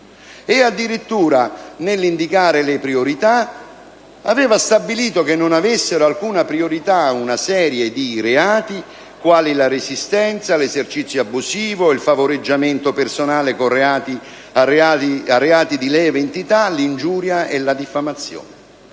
Addirittura, nell'indicare le priorità, aveva stabilito che non avessero alcuna priorità una serie di reati quali la resistenza, l'esercizio abusivo, il favoreggiamento personale e reati di lieve entità, l'ingiuria e la diffamazione.